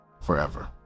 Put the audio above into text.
forever